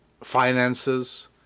finances